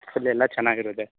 ಅಲ್ಲಿ ಎಲ್ಲ ಚೆನ್ನಾಗಿರೋದೆ